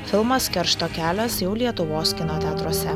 filmas keršto kelias jau lietuvos kino teatruose